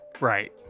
Right